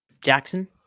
jackson